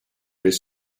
this